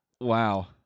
Wow